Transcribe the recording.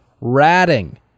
ratting